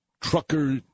trucker